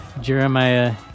Jeremiah